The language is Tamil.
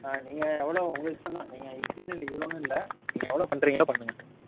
ஆ நீங்கள் எவ்வளோ உங்கள் இஷ்டம் தான் நீங்கள் இப்படின்னு இல்லை இவ்வளோனு இல்லை நீங்கள் எவ்வளோ பண்ணுறிங்களோ பண்ணுங்கள்